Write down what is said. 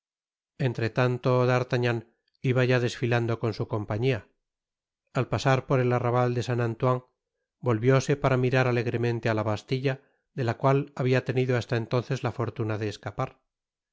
entretanto d'artagnan iba ya desfilando con su compañia al pasar por el arrabal de saint antoine volvióse para mirar alegremente á la bastilta de la cual habia tenido hasta entonces la fortuna de escapar